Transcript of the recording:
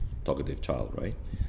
talkative child right